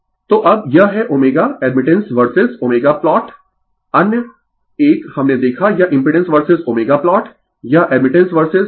तो अब यह है ω एडमिटेंस वर्सेज ω प्लॉट अन्य एक हमने देखा यह इम्पिडेंस वर्सेज ω प्लॉट यह एडमिटेंस वर्सेज है और यह ω0 है